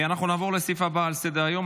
אנחנו נעבור לסעיף הבא על סדר-היום,